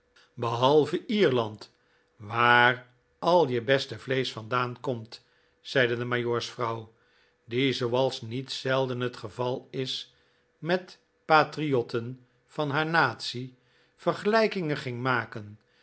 behalve lerland waar al je beste vleesch vandaan komt zeide de majoorsvrouw die zooals niet zelden het geval is met patriotten van haar natie vergelijkingen ging maken